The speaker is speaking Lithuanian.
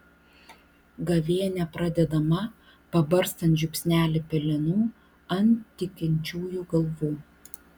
gavėnia pradedama pabarstant žiupsnelį pelenų ant tikinčiųjų galvų